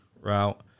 route